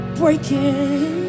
breaking